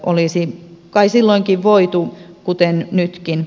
olisi kai silloinkin voitu kuten nytkin